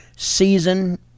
Season